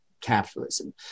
capitalism